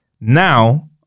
Now